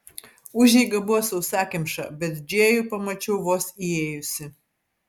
užeiga buvo sausakimša bet džėjų pamačiau vos įėjusi